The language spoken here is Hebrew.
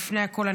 לפני הכול,